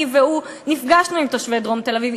אני והוא נפגשנו עם תושבי דרום תל-אביב,